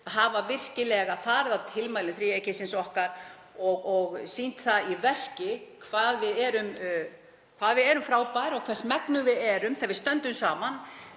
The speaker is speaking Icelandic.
hafa virkilega farið að tilmælum þríeykisins okkar og sýnt í verki hvað við erum frábær og hvers megnug við erum þegar við stöndum saman.